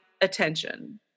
attention